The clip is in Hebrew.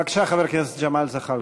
בבקשה, חבר הכנסת ג'מאל זחאלקה.